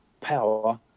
power